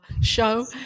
Show